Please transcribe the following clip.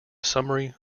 summary